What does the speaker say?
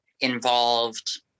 involved